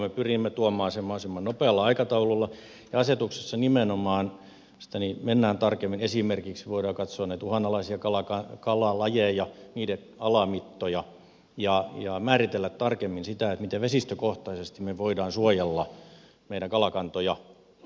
me pyrimme tuomaan sen mahdollisimman nopealla aikataululla ja asetuksessa nimenomaan mennään asioihin tarkemmin esimerkiksi voidaan katsoa näitä uhanalaisia kalalajeja niiden alamittoja ja määritellä tarkemmin sitä miten vesistökohtaisesti me voimme suojella kalakantojamme